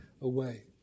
away